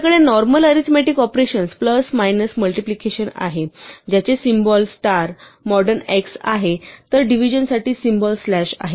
आपल्याकडे normal arithmetic operations plus minus multiplication आहे ज्याचे सिम्बॉल स्टार मॉडर्न एक्स आहेत तर डिव्हिजन साठी सिम्बॉल स्लॅश आहे